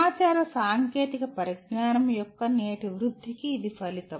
సమాచార సాంకేతిక పరిజ్ఞానం యొక్క నేటి వృద్ధికి ఇది ఫలితం